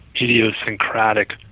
idiosyncratic